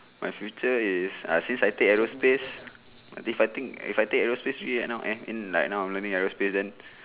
my future is ah since I take aerospace if I think if I take aerospace free and now and in like now I'm learning aerospace then